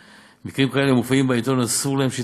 שלהן וישלמו למבוטחים את הכספים המגיעים להם.